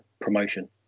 promotion